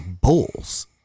bulls